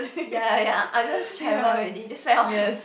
ya ya I just traveled already just play one what